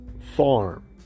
farm